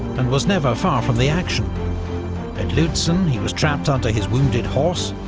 and was never far from the action at lutzen he was trapped under his wounded horse,